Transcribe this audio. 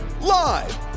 Live